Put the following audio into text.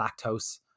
lactose